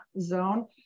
zone